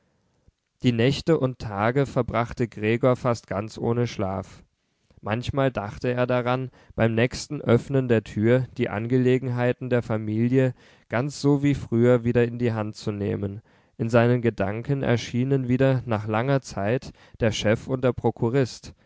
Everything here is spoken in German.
die nächte und tage verbrachte gregor fast ganz ohne schlaf manchmal dachte er daran beim nächsten öffnen der tür die angelegenheiten der familie ganz so wie früher wieder in die hand zu nehmen in seinen gedanken erschienen wieder nach langer zeit der chef und der prokurist